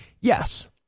Yes